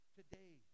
today